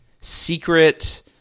secret